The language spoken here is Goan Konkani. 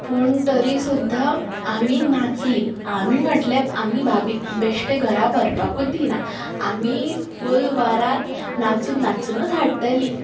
पूण तरी सुद्दा आमी नाचलीं आमी म्हटलें आमी भाभीक बेश्टे घरा व्हरपाकूच दिना आमी फूल वारात नाचून नाचुनूच हाडटलीं